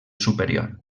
superior